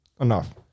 Enough